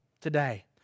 today